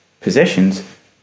possessions